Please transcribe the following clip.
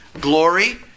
glory